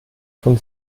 von